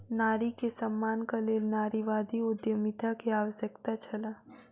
नारी के सम्मानक लेल नारीवादी उद्यमिता के आवश्यकता छल